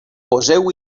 poseu